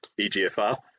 egfr